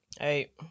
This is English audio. Hey